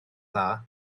dda